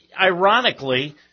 ironically